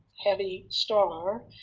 heavy star.